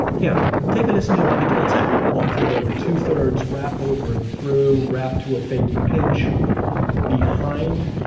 here, take a listen to what he told zach one-third over two-thirds. wrap over and through. wrap to a fakey pinch behind,